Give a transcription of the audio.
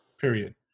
period